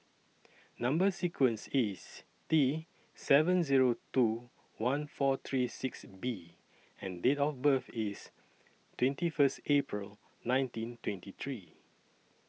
Number sequence IS T seven Zero two one four three six B and Date of birth IS twenty First April nineteen twenty three